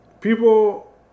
people